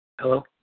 Hello